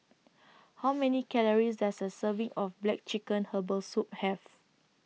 How Many Calories Does A Serving of Black Chicken Herbal Soup Have